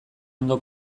ondo